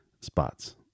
spots